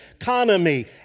economy